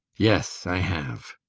yes i have.